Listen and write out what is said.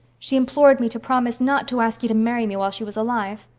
she implored me to promise not to ask you to marry me while she was alive.